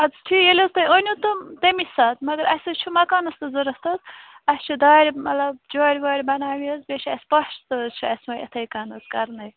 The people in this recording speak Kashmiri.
اَدٕ ٹھیٖک ییٚلہِ حظ تۄہہِ أنِو تِم تَمی ساتہٕ مگر اَسہِ حظ چھِ مَکانَس تہٕ ضروٗرت حظ اَسہِ چھِ دارِ مطلب جٲلۍ وٲلۍ بَناونہِ حظ بیٚیہِ چھِ اَسہِ پَش تہِ حظ چھُ اَسہِ وُنہِ یِتھٕے کٔنۍ حظ کَرنَے